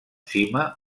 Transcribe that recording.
cima